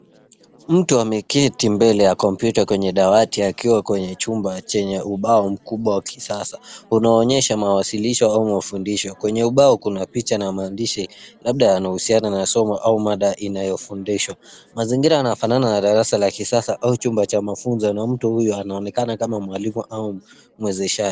Mtu ameketi mbele ya kompyuta kwenye dawati akiwa kwenye chumba chenye ubao mkubwa wa kisasa unaonyesha mawasilisho au ufundisho. Kwenye ubao kuna picha na maandishi. Labda yana husiana na somo au mada inayo fundishwa. Mazingira yana fanana na darasa la kisasa au chumba cha mafunzo na mtu huyu anaonekana kama mwalimu au mwezeshaji.